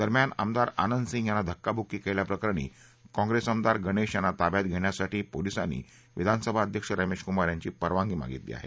दरम्यान आमदार आनंद सिंग यांना धक्काबुक्की केल्याप्रकरणी काँग्रेस आमदार गणेश यांना ताब्यात घेण्यासाठी पोलिसांनी विधानसभा अध्यक्ष रमेश कुमार यांची परवानगी मागितली आहे